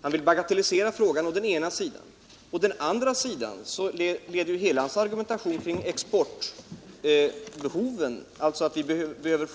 | Han vill å ena sidan bagatellisera frågan, men å andra sidan leder hela hans argumentation kring exportbehovet — att vi behöver